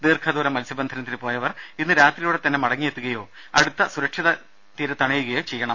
ദീർഘദൂര മൽസ്യബന്ധനത്തിന് പോയവർ ഇന്ന് രാത്രിയോടെ തന്നെ മടങ്ങിയെത്തുകയോ അടുത്തുള്ള സുരക്ഷിതമായ തീരത്തണയുകയോ ചെയ്യണം